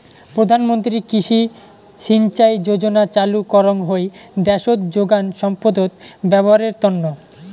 প্রধান মন্ত্রী কৃষি সিঞ্চাই যোজনা চালু করঙ হই দ্যাশোত যোগান সম্পদত ব্যবহারের তন্ন